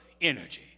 energy